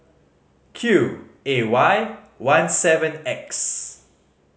Q A Y one seven X